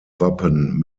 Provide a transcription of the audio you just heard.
wappen